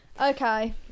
Okay